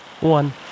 one